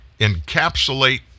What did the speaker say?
encapsulate